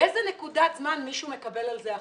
באיזה נקודת זמן מישהו מקבל על זה החלטה?